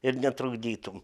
ir netrukdytum